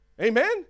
Amen